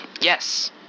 Yes